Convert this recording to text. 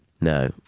No